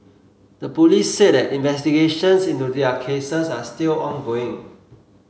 the police said that investigations into their cases are still ongoing